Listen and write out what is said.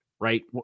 right